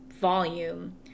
volume